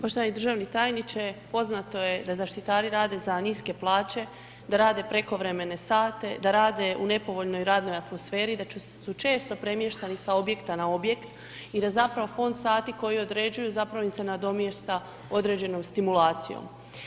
Poštovani državni tajniče, poznato je da zaštitari rade za niske plaće, da rade prekovremene sate, da rade u nepovoljnoj radnoj atmosferi i da su često premještani sa objekta na objekt i da zapravo fond sati koji određuju zapravo im se nadomješta određenom stimulacijom.